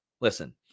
Listen